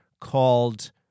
called